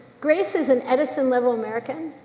grace is an edison level american.